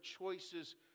choices